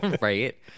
Right